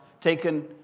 taken